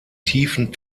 tiefen